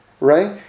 right